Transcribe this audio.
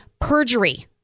perjury